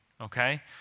okay